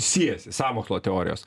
siejasi sąmokslo teorijos